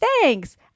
thanks